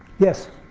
yes.